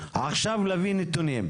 עכשיו להביא נתונים,